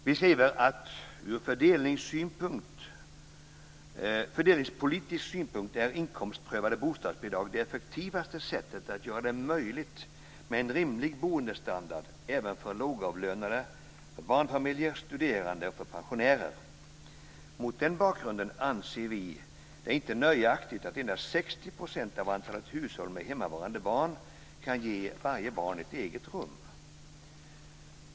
Vi skriver: "Från fördelningspolitisk synpunkt är inkomstprövade bostadsbidrag det effektivaste sättet att göra det möjligt med en rimlig boendestandard även för lågavlönade, barnfamiljer, studerande och för pensionärer." Mot den bakgrunden anser vi det "inte nöjaktigt att endast 60 procent av antalet hushåll med hemmavarande barn kan ge varje barn ett eget rum".